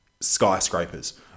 skyscrapers